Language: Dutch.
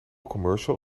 commercial